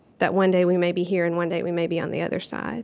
that one day we may be here, and one day, we may be on the other side